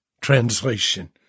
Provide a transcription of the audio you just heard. Translation